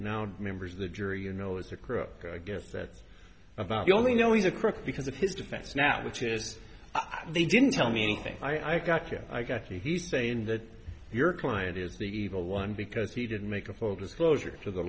now members of the jury you know is a crook i guess that's about the only no he's a crook because of his defense now which is they didn't tell me anything i got you i got he's saying that your client is the evil one because he didn't make a full disclosure to the